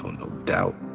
um no doubt.